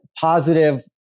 positive